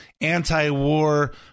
anti-war